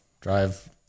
drive